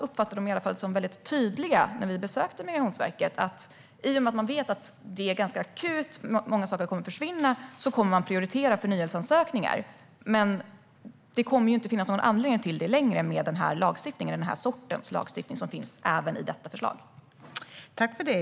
När vi besökte Migrationsverket var de tydliga med att eftersom det är akut och många saker kommer att försvinna tänker de prioritera ansökningar om förnyelse. Men med den sorts lagstiftning som finns i detta förslag kommer det inte längre att finnas någon anledning att göra det.